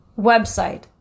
website